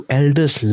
elders